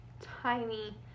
Tiny